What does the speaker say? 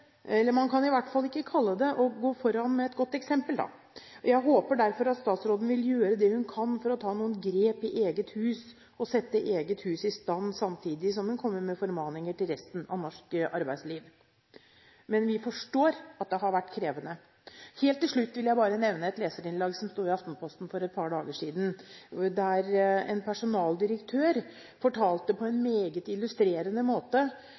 ikke kalle det å gå foran med et godt eksempel. Jeg håper derfor at statsråden vil gjøre det hun kan for å ta noen grep i eget hus og sette eget hus i stand, samtidig som hun kommer med formaninger til resten av norsk arbeidsliv. Men vi forstår at det har vært krevende. Helt til slutt vil jeg bare nevne et leserinnlegg som sto i Aftenposten i går, der en personaldirektør fortalte på en meget illustrerende måte